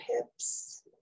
hips